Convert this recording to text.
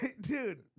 dude